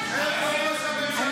הכי קצר, על התנאים.